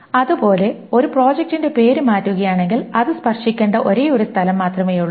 അതുപോലെ ഒരു പ്രോജക്റ്റിന്റെ പേര് മാറ്റുകയാണെങ്കിൽ അത് സ്പർശിക്കേണ്ട ഒരേയൊരു സ്ഥലം മാത്രമേയുള്ളൂ